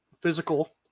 physical –